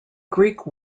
greek